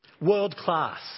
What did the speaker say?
world-class